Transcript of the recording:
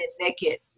naked